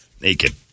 Naked